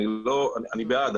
אני בעד,